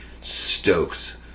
stoked